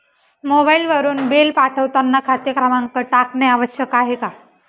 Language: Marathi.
मोबाईलवरून बिल पाठवताना खाते क्रमांक टाकणे आवश्यक आहे का?